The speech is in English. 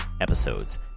episodes